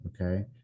Okay